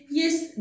jest